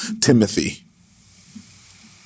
Timothy